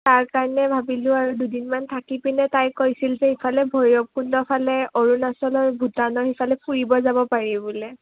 তাৰ কাৰণে ভাবিলোঁ আৰু দুদিনমান থাকি পিনে তাই কৈছিল যে ইফালে ভৈৰৱকুণ্ডৰফালে অৰুণাচলৰ ভূটানৰ সিফালে ফুৰিব যাব পাৰি বোলে